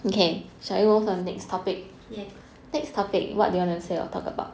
yes